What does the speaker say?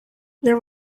there